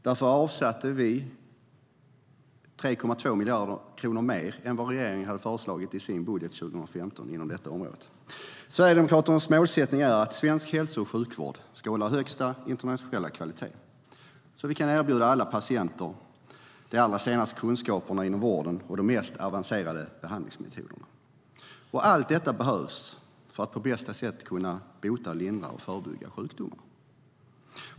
Därför avsatte vi 3,2 miljarder kronor mer än vad regeringen hade föreslagit i sin budget för 2015 inom detta område. Sverigedemokraternas målsättning är att svensk hälso och sjukvård ska hålla högsta internationella kvalitet så att vi kan erbjuda alla patienter de allra senaste kunskaperna inom vården och de mest avancerade behandlingsmetoderna. Allt detta behövs för att på bästa sätt kunna bota, lindra och förebygga sjukdomar.